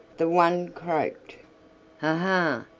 the one croaked ah, ha!